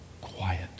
quiet